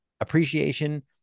appreciation